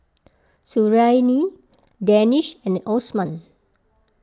Suriani Danish and Osman